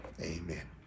Amen